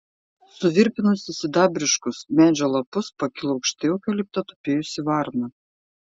suvirpinusi sidabriškus medžio lapus pakilo aukštai eukalipte tupėjusi varna